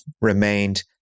remained